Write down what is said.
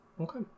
Okay